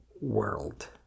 world